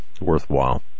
worthwhile